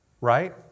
Right